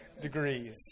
degrees